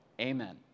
Amen